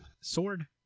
Sword